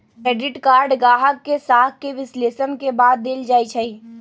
credit card गाहक के साख के विश्लेषण के बाद देल जाइ छइ